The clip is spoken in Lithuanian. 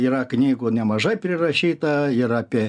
yra knygų nemažai prirašyta ir apie